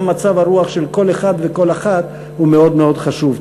כשגם מצב הרוח של כל אחד וכל אחת הוא מאוד מאוד חשוב.